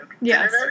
Yes